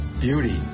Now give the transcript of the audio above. beauty